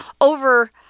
Over